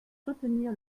soutenir